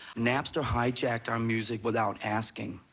napster hijacked our music without asking.